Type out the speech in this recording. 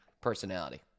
personality